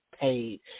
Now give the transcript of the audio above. paid